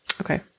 Okay